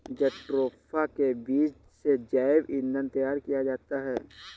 jatropha के बीज से जैव ईंधन तैयार किया जाता है